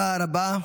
תודה רבה.